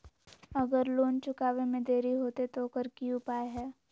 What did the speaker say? अगर लोन चुकावे में देरी होते तो ओकर की उपाय है?